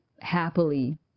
happily